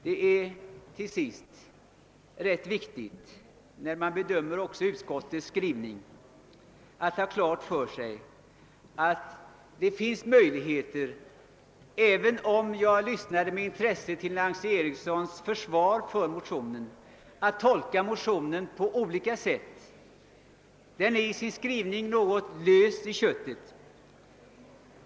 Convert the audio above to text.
Det är till sist när man bedömer utskottsmajoritetens skrivning också viktigt att ha klart för sig att det finns möjligheter att tolka den på olika sätt. Jag lyssnade trots detta med intresse på Nancy Erikssons försvar för motionerna. Utskottets skrivning är något lös i köttet.